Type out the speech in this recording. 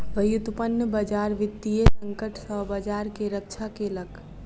व्युत्पन्न बजार वित्तीय संकट सॅ बजार के रक्षा केलक